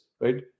right